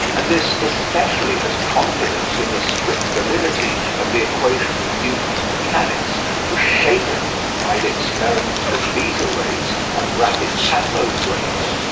and this especially as confidence in the strict validity of the equations of newton's mechanics was shaken by the experiments with beta-rays and rapid kathode rays.